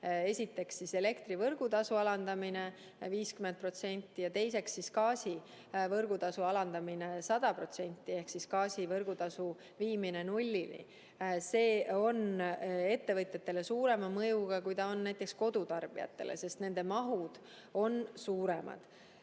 Esiteks, elektri võrgutasu alandamine 50% ja teiseks, gaasi võrgutasu alandamine 100% ehk siis gaasi võrgutasu viimine nullini. See on ettevõtjatele suurema mõjuga kui kodutarbijatele, sest nende mahud on suuremad.